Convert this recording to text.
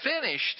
finished